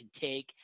take